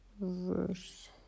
Verse